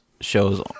shows